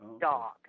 dog